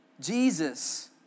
Jesus